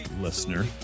listener